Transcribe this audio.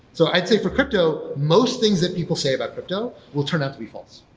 so i'd say for crypto, most things that people say about crypto will turn out to be false,